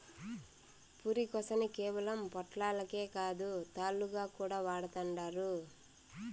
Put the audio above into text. పురికొసని కేవలం పొట్లాలకే కాదు, తాళ్లుగా కూడా వాడతండారు